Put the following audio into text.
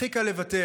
הכי קל לוותר,